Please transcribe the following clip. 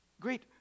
great